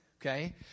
okay